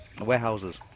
Warehouses